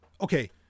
okay